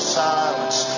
silence